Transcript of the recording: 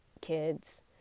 kids